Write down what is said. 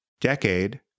decade